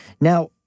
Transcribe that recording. Now